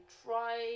try